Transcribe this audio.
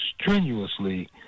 strenuously